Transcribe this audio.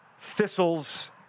thistles